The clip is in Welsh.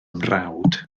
mrawd